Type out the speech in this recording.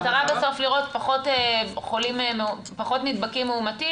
המטרה בסוף לראות פחות נדבקים מאומתים?